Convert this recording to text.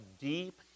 deep